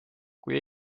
kui